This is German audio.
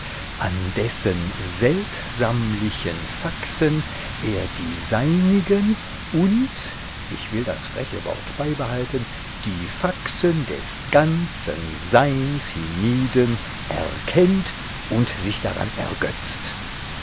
an dessen seltsamlichen faxen er die seinigen und ich will das freche wort beibehalten die faxen des ganzen seins hie nieden erkennt und sich daran ergötzt